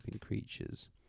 creatures